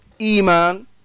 iman